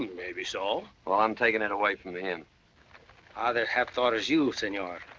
maybe so. well, i'm taking it away from him. others have thought as you, senor.